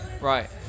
right